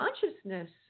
consciousness